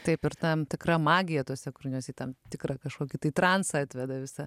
taip ir tam tikra magija tuose kūriniuose į tam tikrą kažkokį transą atveda visa